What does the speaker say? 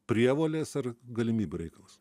prievolės ar galimybių reikalas